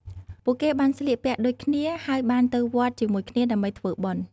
ពួកគេបានស្លៀកពាក់ដូចគ្នាហើយបានទៅវត្តជាមួយគ្នាដើម្បីធ្វើបុណ្យ។